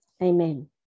Amen